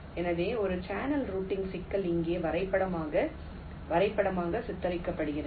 எனவே ஒரு channel routing சிக்கல் இங்கே வரைபடமாக சித்தரிக்கப்படுகிறது